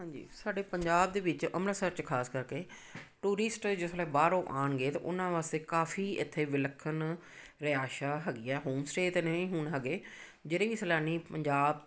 ਹਾਂਜੀ ਸਾਡੇ ਪੰਜਾਬ ਦੇ ਵਿੱਚ ਅੰਮ੍ਰਿਤਸਰ 'ਚ ਖਾਸ ਕਰਕੇ ਟੂਰਿਸਟ ਜਿਸ ਵੇਲੇ ਬਾਹਰੋਂ ਆਉਣਗੇ ਤਾਂ ਉਹਨਾਂ ਵਾਸਤੇ ਕਾਫ਼ੀ ਇੱਥੇ ਵਿਲੱਖਣ ਰਿਹਾਇਸ਼ਾਂ ਹੈਗੀਆਂ ਹੋਮ ਸਟੇਅ ਤਾਂ ਨਹੀ ਹੁਣ ਹੈਗੇ ਜਿਹੜੇ ਵੀ ਸੈਲਾਨੀ ਪੰਜਾਬ